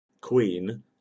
Queen